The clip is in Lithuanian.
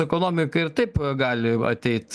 ekonomika ir taip gali ateit